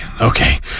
Okay